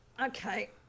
Okay